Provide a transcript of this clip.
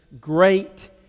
great